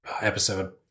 episode